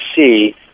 see